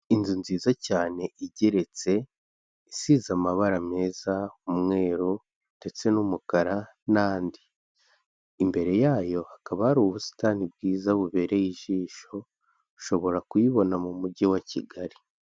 Inzu nziza cyane igeretse isize amabara meza umweru ndetse n'umukara n'andi imbere yayo hakaba hari ubusitani bwiza bubereye ijisho ushobora kuyibona mu mujyi wa kigali.